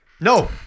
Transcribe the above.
No